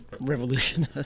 revolution